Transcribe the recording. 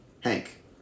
Hank